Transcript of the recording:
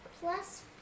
plus